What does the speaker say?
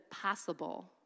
possible